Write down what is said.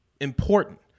important